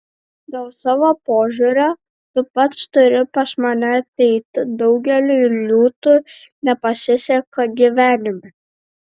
dėl savo požiūrio tu pats turi pas mane ateiti daugeliui liūtų nepasiseka gyvenime